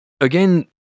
again